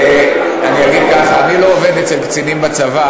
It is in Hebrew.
אני אגיד ככה: אני לא עובד אצל קצינים בצבא,